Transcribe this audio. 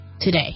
today